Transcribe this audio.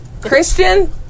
Christian